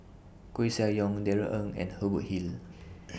Koeh Sia Yong Darrell Ang and Hubert Hill